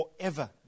forever